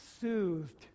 soothed